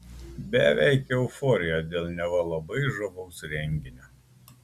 beveik euforija dėl neva labai žavaus renginio